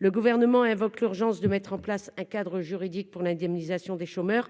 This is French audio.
le gouvernement invoque l'urgence de mettre en place un cadre juridique pour l'indemnisation des chômeurs,